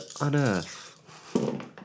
unearth